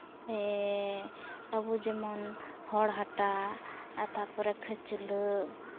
ᱟᱹᱵᱩ ᱡᱮᱢᱚᱱ ᱦᱚᱲ ᱦᱟᱴᱟᱜ ᱟᱨ ᱛᱟᱨᱯᱚᱨᱮ ᱠᱷᱟᱹᱪᱞᱟᱹᱜ